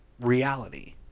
reality